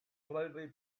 slowly